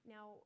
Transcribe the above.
Now